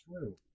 true